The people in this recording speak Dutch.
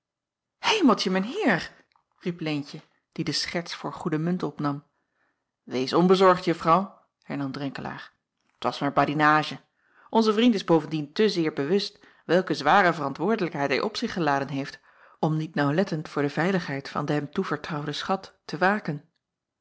emeltje mijn eer riep eentje die de scherts voor goede munt opnam ees onbezorgd uffrouw hernam renkelaer t was maar badinage nze vriend is bovendien te zeer bewust welke zware verantwoordelijkheid hij op zich geladen heeft om niet naauwlettend voor de veiligheid van den hem toevertrouwden schat te waken